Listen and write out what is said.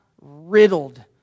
riddled